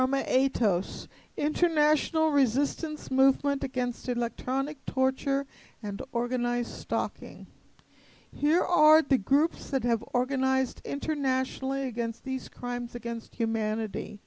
a a tose international resistance movement against electronic torture and organized talking here are the groups that have organized internationally against these crimes against humanity